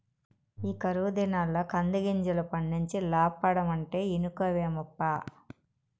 ఈ కరువు దినాల్ల కందిగింజలు పండించి లాబ్బడమంటే ఇనుకోవేమప్పా